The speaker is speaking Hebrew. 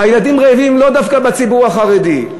הילדים רעבים לא דווקא בציבור החרדי.